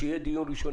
שיהיה דיון ראשוני,